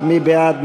מי בעד?